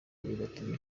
bigatuma